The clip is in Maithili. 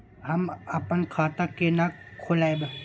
हम अपन खाता केना खोलैब?